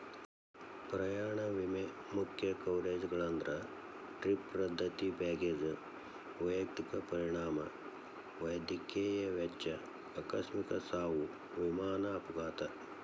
ಪ್ರಯಾಣ ವಿಮೆ ಮುಖ್ಯ ಕವರೇಜ್ಗಳಂದ್ರ ಟ್ರಿಪ್ ರದ್ದತಿ ಬ್ಯಾಗೇಜ್ ವೈಯಕ್ತಿಕ ಪರಿಣಾಮ ವೈದ್ಯಕೇಯ ವೆಚ್ಚ ಆಕಸ್ಮಿಕ ಸಾವು ವಿಮಾನ ಅಪಘಾತ